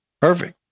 Perfect